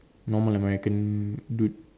normal american dude